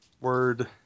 Word